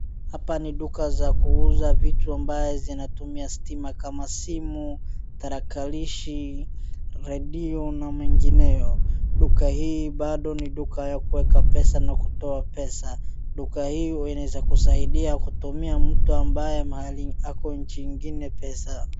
Hapa ni duka ya kuuza vitu ambayo zinatumia stima kama simu, tarakilishi na redio na mengineo. Duka hii bado ni duka ya kuweka pesa na kutoa pesa. Duka hii inaeza kusaidia kutumia mtu ambaye ako nchi ingine pesa.